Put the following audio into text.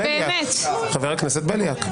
חבר הכנסת בליאק.